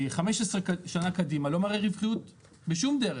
15 שנה קדימה לא מראה רווחיות בשום דרך.